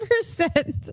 percent